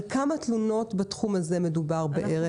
על כמה תלונות בתחום הזה מדובר בערך?